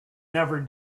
never